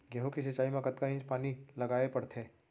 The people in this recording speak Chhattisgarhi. गेहूँ के सिंचाई मा कतना इंच पानी लगाए पड़थे?